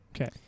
Okay